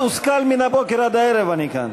מתוסכל מן הבוקר עד הערב אני כאן.